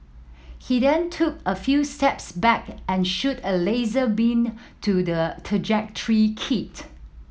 he then took a few steps back and shoot a laser beam to the trajectory kit